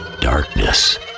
darkness